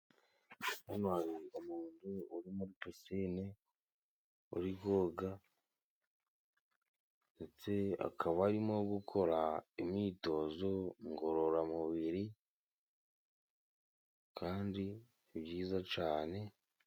Hano hari umuntu uri muri pisine uri koga, ndetse akaba arimo gukora imyitozo ngororamubiri, kandi ni byiza cyane.